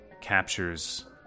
captures